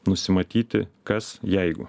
nusimatyti kas jeigu